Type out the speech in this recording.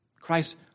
Christ